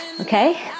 Okay